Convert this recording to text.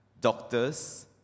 doctors